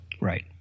Right